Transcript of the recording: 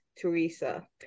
Teresa